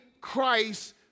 Christ